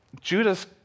Judas